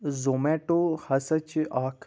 Zomato ہسا چھِ اکھ